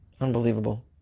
Unbelievable